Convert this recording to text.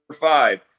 five